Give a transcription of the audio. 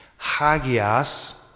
Hagias